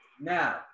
Now